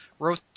Wrote